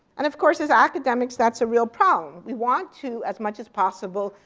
and of course, as academics that's a real problem. we want to, as much as possible,